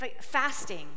Fasting